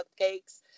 Cupcakes